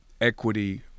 equity